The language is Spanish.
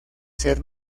ser